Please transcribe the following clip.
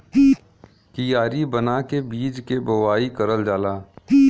कियारी बना के बीज के बोवाई करल जाला